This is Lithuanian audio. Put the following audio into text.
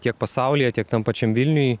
tiek pasaulyje tiek tam pačiam vilniuj